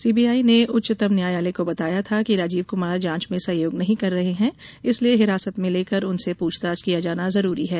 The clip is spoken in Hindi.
सीबीआई ने उच्च तम न्या यालय को बताया था कि राजीव कुमार जांच में सहयोग नहीं कर रहे हैं इसलिए हिरासत में लेकर उनसे पूछताछ करना जरूरी है